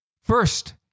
first